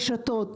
ברשתות.